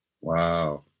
Wow